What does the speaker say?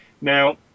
Now